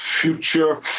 future